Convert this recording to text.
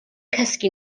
cysgu